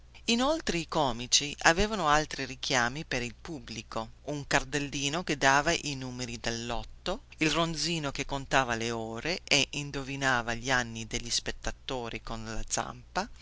inoltre i comici avevano altri richiami per il pubblico un cardellino che dava i numeri del lotto il ronzino che contava le ore e indovinava gli anni degli spettatori colla zampa